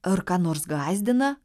ar ką nors gąsdina